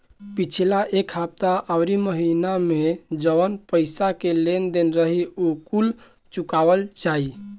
पिछला एक हफ्ता अउरी महीना में जवन पईसा के लेन देन रही उ कुल चुकावल जाई